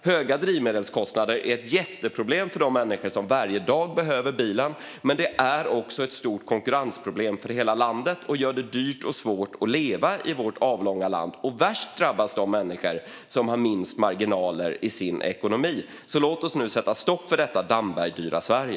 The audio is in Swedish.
Höga drivmedelskostnader är ett jätteproblem för de människor som dagligen behöver bilen, men det är också ett stort konkurrensproblem för hela landet. Det gör det dyrt och svårt att leva i vårt avlånga land, och värst drabbas de människor som har minst marginal i sin ekonomi. Låt oss nu sätta stopp för detta Dambergdyra Sverige.